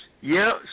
Yes